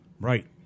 Right